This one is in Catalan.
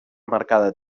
marcada